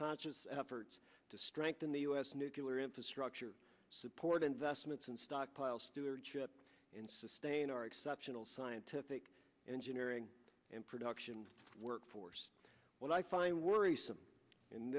conscious effort to strengthen the u s nucular infrastructure support investments and stockpile stewardship and sustain our exceptional scientific engineering and production workforce what i find worrisome